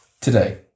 today